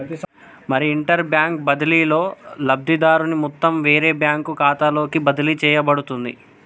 మరి inter bank బదిలీలో లబ్ధిదారుని మొత్తం వేరే బ్యాంకు ఖాతాలోకి బదిలీ చేయబడుతుంది